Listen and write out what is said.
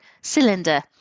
cylinder